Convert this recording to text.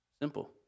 Simple